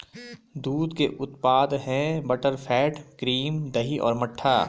दूध के उत्पाद हैं बटरफैट, क्रीम, दही और मट्ठा